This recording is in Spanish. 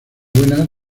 buenas